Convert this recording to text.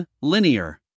Linear